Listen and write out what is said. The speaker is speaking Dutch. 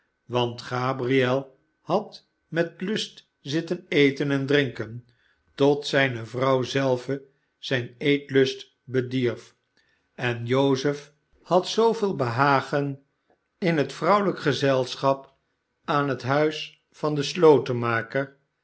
want gabriel had met lust zitten eten en drinken tot zijne vrouw zelve zijn eetlust bedierf en joseph had zooveel lr behagen in het vrouwelijk gezelschap aan het huis van den slotenmaker